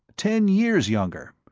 ten years younger.